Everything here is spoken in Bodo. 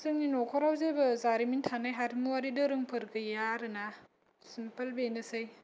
जोंनि नखराव जेबो जारिमिन थानाय हारिमुवारि दोरोंफोर गैया आरोना सिम्पोल बेनोसै